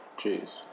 Jeez